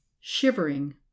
Shivering